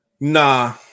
Nah